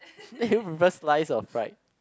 do you prefer slice or fried